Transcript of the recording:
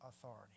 authority